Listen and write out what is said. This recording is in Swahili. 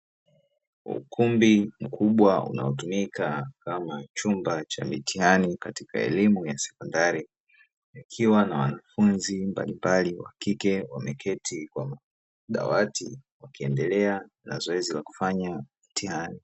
Ukumbi mkubwa unaotumika kama chumba cha mitihani katika elimu ya sekondari, ikiwa na wanafunzi mbalimbali wa kike wameketi kwenye madawati wakiendelea na zoezi la kufanya mitihani.